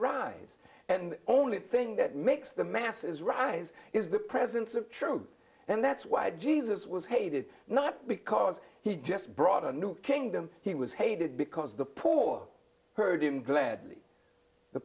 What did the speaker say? rise and only thing that makes the masses rise is the presence of truth and that's why jesus was hated not because he just brought a new kingdom he was hated because the poor heard him gladly the